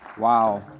Wow